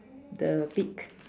the beak